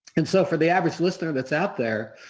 and so, for the average listener that's out there,